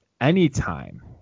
anytime –